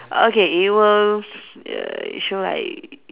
okay it will ya it show like